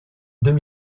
deux